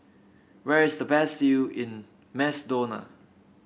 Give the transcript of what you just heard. where is the best view in Macedonia